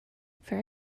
fair